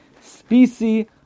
species